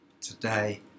today